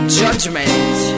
judgment